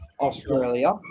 Australia